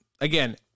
again